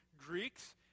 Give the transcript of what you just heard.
Greeks